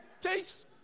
takes